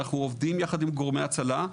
אנחנו עובדים יחד עם גורמי הצלה,